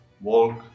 walk